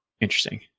interesting